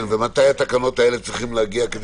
ומתי התקנות האלה צריכות להגיע?